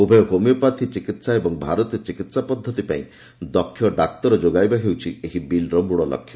ଉଭୟ ହୋମିଓପାଥି ଚିକିତ୍ସା ଓ ଭାରତୀୟ ଚିକିତ୍ସା ପଦ୍ଧତି ପାଇଁ ଦକ୍ଷ୍ୟ ଡାକ୍ତର ଯୋଗାଇବା ହେଉଛି ଏହି ବିଲ୍ର ମୂଳ ଲକ୍ଷ୍ୟ